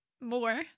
more